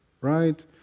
Right